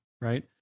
right